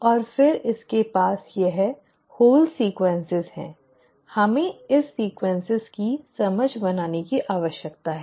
और फिर इसके पास यह पूरे अनुक्र म हैं हमें इस अनुक्रम की समझ बनाने की आवश्यकता है